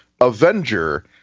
Avenger